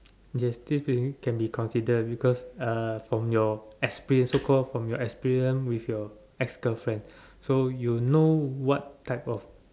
yes still still can be considered because uh from your experience so called from your experience with your ex girlfriend so you know what type of